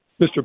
Mr